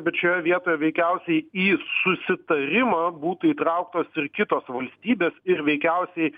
bet šioje vietoje veikiausiai į susitarimą būtų įtrauktos ir kitos valstybės ir veikiausiai